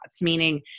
meaning